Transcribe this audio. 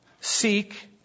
seek